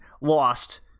lost